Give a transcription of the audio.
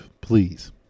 please